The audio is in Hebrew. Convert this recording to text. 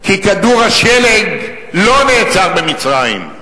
כי כדור השלג לא נעצר במצרים,